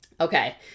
Okay